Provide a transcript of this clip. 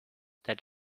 that